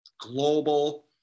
global